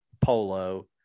polo